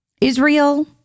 Israel